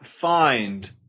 find